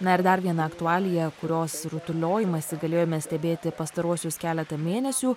na ir dar viena aktualija kurios rutuliojimasį galėjome stebėti pastaruosius keletą mėnesių